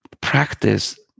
practice